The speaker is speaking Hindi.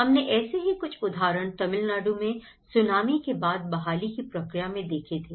हमने ऐसे ही कुछ उदाहरण तमिलनाडु में सुनामी के बाद बहाली की प्रक्रिया में देखे थे